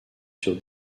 sur